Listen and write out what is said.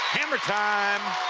hammer time.